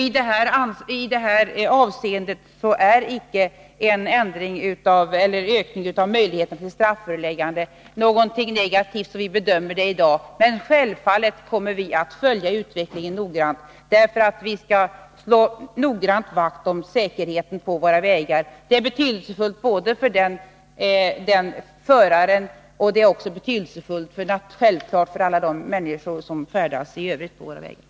I detta avseende är icke en ökning av möjligheterna till strafföreläggande något negativt, såsom vi bedömer det i dag. Men självfallet kommer vi också att följa utvecklingen noggrant för att kunna slå vakt om säkerheten på våra vägar. Det är betydelsefullt både för föraren och för alla de människor i övrigt som färdas på våra vägar.